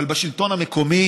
אבל בשלטון המקומי